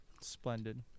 Splendid